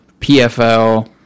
PFL